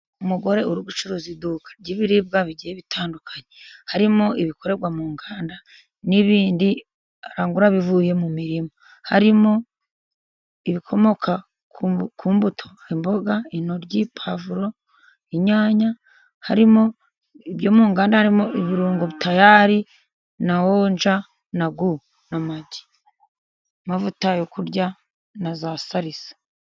Umugore uri gucuruza iduka ry'ibiribwa bigiye bitandukanye, harimo ibikorerwa mu nganda, n'ibindi arangura bivuye mu mirima. Harimo ibikomoka ku mbuto, imboga， intoryi, pavuro, inyanya, harimo ibyo mu nganda, harimo ibirungo tayari, na wonja， na gu, n'amavuta yo kurya, na za sarisa.